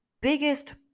biggest